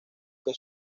que